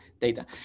data